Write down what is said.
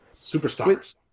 Superstars